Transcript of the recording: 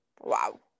Wow